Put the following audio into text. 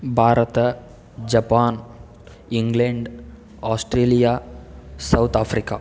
Bharat Japan England Australia South Africa